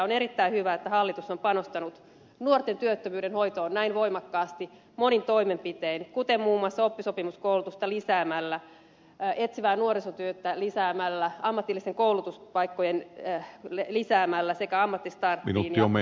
on erittäin hyvä että hallitus on panostanut nuorten työttömyyden hoitoon näin voimakkaasti monin toimenpitein kuten muun muassa oppisopimuskoulutusta lisäämällä etsivää nuorisotyötä lisäämällä ammatillisia koulutuspaikkoja lisäämällä sekä vakinaistamalla ammattistartin